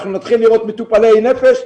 אנחנו נתחיל לראות מטופלי נפש,